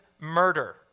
murder